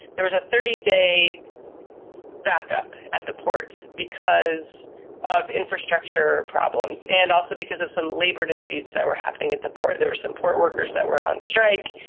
there was a thirty day back-up at the port because of infrastructure problems and also because of some labour disputes that were happening at the port. there were some port workers that are on strike.